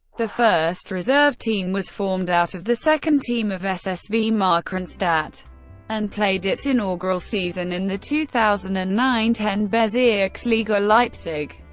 the first reserve team was formed out of the second team of ssv markranstadt and played its inaugural season in the two thousand and nine ten bezirksliga leipzig.